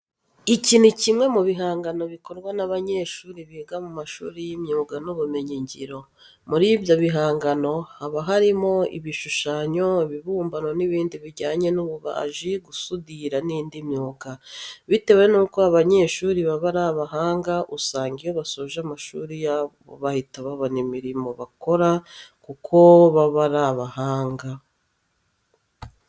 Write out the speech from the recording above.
Iki ni kimwe mu bihangano bikorwa n'abanyeshuri biga mu mashuri y'imyuga n'ibumenyingiro. Muri ibyo bihangano haba harimo ibishushanyo, ibibumbano n'ibindi bijyanye n'ububaji, gusudira n'indi myuga. Bitewe nuko aba banyeshuri baba ari abahanga usanga iyo basoje amashuri yabo bahita babona imirimo bakora kuko baba ari abahanga.